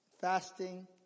fasting